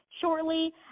Shortly